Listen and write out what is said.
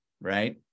right